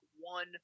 one